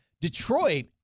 Detroit